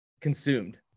consumed